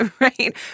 right